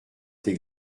des